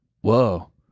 Whoa